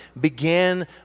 began